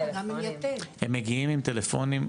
הם מגיעים עם טלפונים,